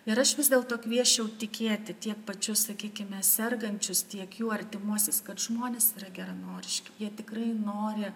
ir aš vis dėlto kviesčiau tikėti tiek pačius sakykime sergančius tiek jų artimuosius kad žmonės yra geranoriški jie tikrai nori